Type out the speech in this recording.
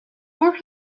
four